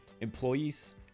employees